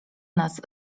nas